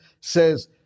says